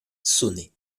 sonnait